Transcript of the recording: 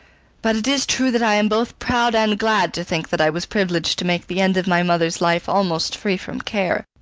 but it is true that i am both proud and glad to think that i was privileged to make the end of my mother's life almost free from care.